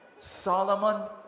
Solomon